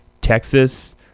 texas